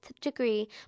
degree